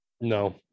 no